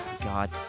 God